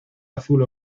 azul